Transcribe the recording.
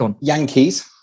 Yankees